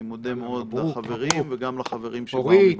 אני מודה מאוד לחברים וגם לחברים שבאו מבחוץ.